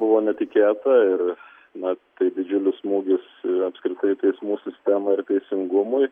buvo netikėta ir na tai didžiulis smūgis ir apskritai teismų sistemai ir teisingumui